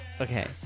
Okay